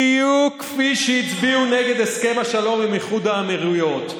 בדיוק כפי שהצביעו נגד הסכם השלום עם איחוד האמירויות.